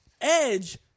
Edge